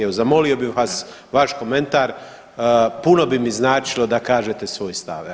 Evo, zamolio bih vas vaš komentar, puno bi mi značilo da kažete svoj stav, evo.